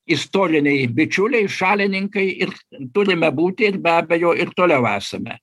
istoriniai bičiuliai šalininkai ir turime būti ir be abejo ir toliau esame